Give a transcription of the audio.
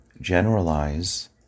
generalize